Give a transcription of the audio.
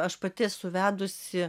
aš pati esu vedusi